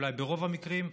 אולי ברוב המקרים,